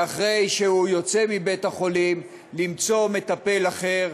ואחרי שהוא יוצא מבית-החולים, למצוא מטפל אחר.